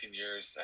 years